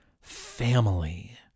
family